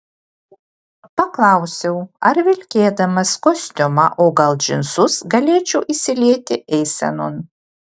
paklausiau ar vilkėdamas kostiumą o gal džinsus galėčiau įsilieti eisenon